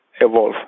evolve